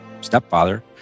stepfather